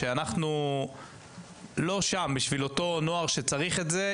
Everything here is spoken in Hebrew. כשאנחנו לא שם בשביל הנוער שצריך את זה,